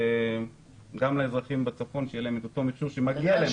שגם לאזרחים בצפון יהיה אותו מכשור שמגיע להם.